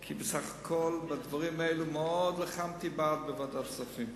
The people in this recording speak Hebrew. כי בסך הכול בעד הדברים האלה מאוד לחמתי בוועדת הכספים,